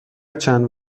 چند